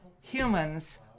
humans